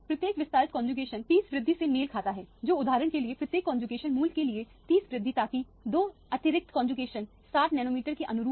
प्रत्येक विस्तारित कौनजुकेशन 30 वृद्धि से मेल खाता है जो उदाहरण के लिए प्रत्येक कौनजुकेशन मूल्य के लिए 30 वृद्धि ताकि दो अतिरिक्त कौनजुकेशन 60 नैनोमीटर के अनुरूप हो